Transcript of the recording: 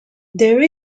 there